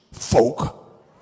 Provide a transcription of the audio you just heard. Folk